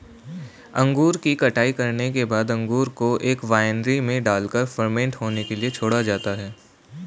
अंगूर की कटाई करने के बाद अंगूर को एक वायनरी में डालकर फर्मेंट होने के लिए छोड़ा जाता है